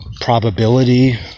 probability